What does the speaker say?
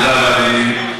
תודה רבה, אדוני.